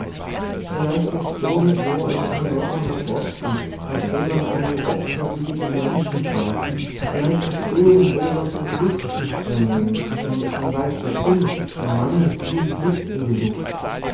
vielleicht is irgendwo ein verlorener posten auf den man einen opferwilligen menschen braucht vielleicht is irgendwo was in die luft zu sprengen und man weiß bestimmt der mann fliegt mit in die luft